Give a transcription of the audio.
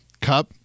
Cup